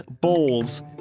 balls